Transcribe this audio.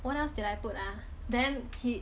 what else did I put ah then he